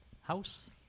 House